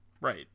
right